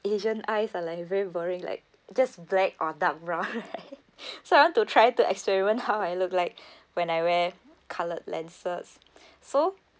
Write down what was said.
asian eyes are like very boring like just black or dark brown right so I want to try to experiment how I look like when I wear coloured lenses so